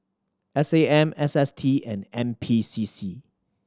S A M S S T and N P C C